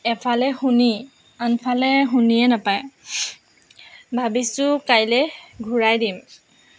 এফালে শুনি আনফালে শুনিয়ে নাপায় ভাবিছোঁ কাইলৈ ঘূৰাই দিম